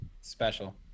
Special